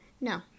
No